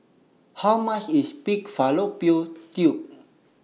How much IS Pig Fallopian Tubes